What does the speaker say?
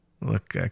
look